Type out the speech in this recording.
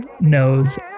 knows